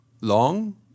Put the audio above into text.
long